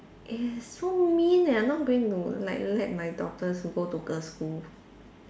eh so mean leh I'm not going to like let my daughters to go to girls' school